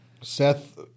Seth